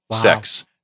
sex